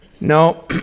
No